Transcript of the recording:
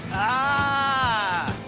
ahh!